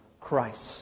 Christ